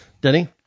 Denny